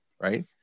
right